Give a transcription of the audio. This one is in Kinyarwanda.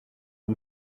ubu